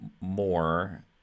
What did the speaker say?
more